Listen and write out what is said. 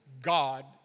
God